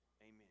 Amen